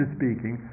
speaking